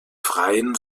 freien